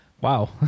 wow